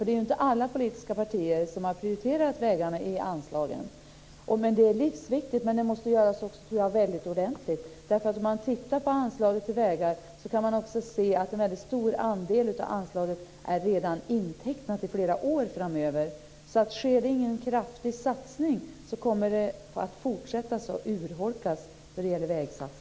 Det är ju inte alla politiska partier som har prioriterat vägarna i anslagen, men det är livsviktigt. Och det måste göras väldigt ordentligt. Om man tittar på anslaget till vägar kan man också se att en väldigt stor andel av anslaget redan är intecknat i flera år framöver. Om det inte sker en kraftig satsning kommer vägsatsningarna att fortsätta att urholkas.